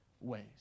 ways